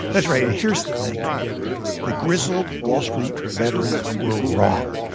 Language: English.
that's right. and here's the thing the grizzled, wall street veterans were wrong.